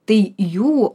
tai jų